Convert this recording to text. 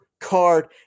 card